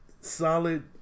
solid